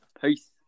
peace